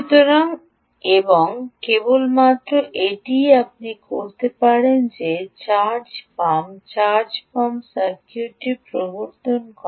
সুতরাং কেবলমাত্র আপনি করতে পারেন চার্জ পাম্প সার্কিটটি প্রবর্তন করা